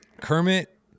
Kermit